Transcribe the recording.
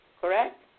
correct